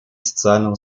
социального